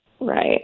Right